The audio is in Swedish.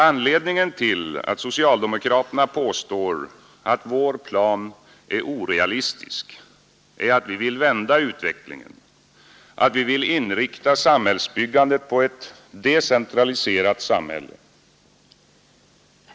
Anledningen till att socialdemokraterna påstår att vår plan är orealistisk är att vi vill vända utvecklingen, att vi vill inrikta samhällsbyggandet på ett decentraliserat samhälle.